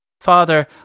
Father